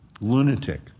lunatic